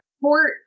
port